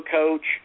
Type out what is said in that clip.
coach